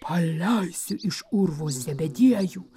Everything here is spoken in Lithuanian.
paleisiu iš urvo zebediejų